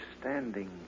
standing